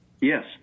Yes